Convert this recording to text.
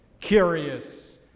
curious